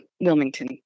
Wilmington